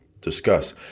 discuss